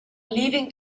leaving